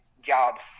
jobs